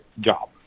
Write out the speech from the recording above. job